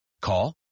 Call